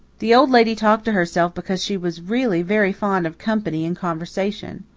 the old lady talked to herself because she was really very fond of company and conversation.